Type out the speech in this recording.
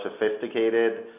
sophisticated